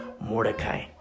Mordecai